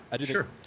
Sure